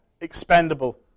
expendable